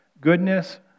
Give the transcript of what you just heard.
goodness